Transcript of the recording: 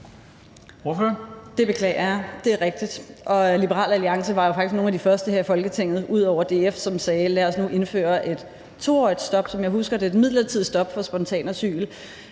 Det beklager jeg. Det er rigtigt. Liberal Alliance var faktisk nogle af de første her i Folketinget – ud over DF – som, som jeg husker det, sagde: Lad os nu indføre et 2-årigt midlertidigt stop for spontant asyl.